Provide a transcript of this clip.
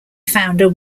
founder